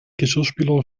geschirrspüler